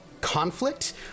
conflict